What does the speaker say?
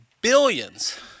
billions